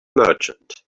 merchant